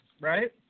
right